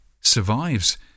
survives